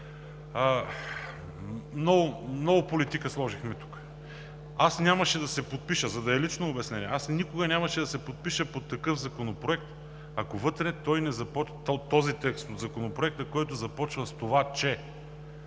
Много политика сложихме тук. Аз нямаше да се подпиша… За да е лично обяснение – аз никога нямаше да се подпиша под такъв законопроект, ако вътре той не започва с този текст от Законопроекта, който не започва с това, че